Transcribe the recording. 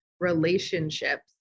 relationships